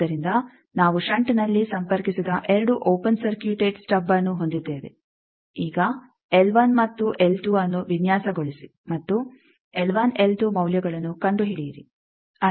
ಆದ್ದರಿಂದ ನಾವು ಷಂಟ್ನಲ್ಲಿ ಸಂಪರ್ಕಿಸಿದ 2 ಓಪೆನ್ ಸರ್ಕ್ಯೂಟೆಡ್ ಸ್ಟಬ್ಅನ್ನು ಹೊಂದಿದ್ದೇವೆ ಈಗ ಮತ್ತು ಅನ್ನು ವಿನ್ಯಾಸಗೊಳಿಸಿ ಮತ್ತು ಮೌಲ್ಯಗಳನ್ನು ಕಂಡುಹಿಡಿಯಿರಿ